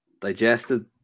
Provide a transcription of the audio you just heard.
digested